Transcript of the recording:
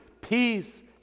peace